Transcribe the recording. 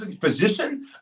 physician